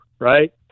right